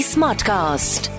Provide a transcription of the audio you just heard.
Smartcast